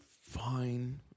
fine